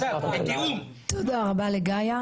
תודה רבה לגאיה,